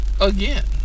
again